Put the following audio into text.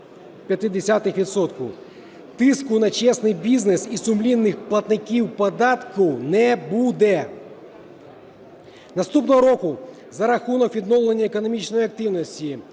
Тиску на чесний бізнес і сумлінних платників податку не буде. Наступного року за рахунок відновлення економічної активності,